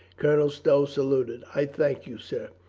colonel stow saluted. i thank you, sir.